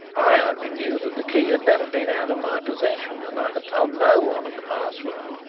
i only knew that the key had never been out of my possession and i had told no one of the password.